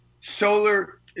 solar